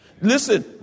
Listen